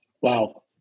Wow